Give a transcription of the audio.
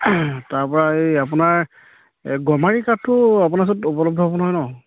তাৰপৰা এই আপোনাৰ গমাৰি কাঠটো আপোনাৰ ওচৰত উপলব্ধ হ'ব নহয় নহ্